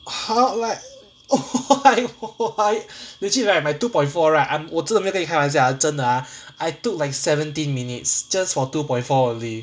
!huh! what !aiyo! legit right my two point four right I'm 我真的没有跟你开玩笑 ah 真的 ah I took like seventeen minutes just for two point for only